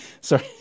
sorry